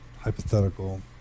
hypothetical